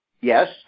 Yes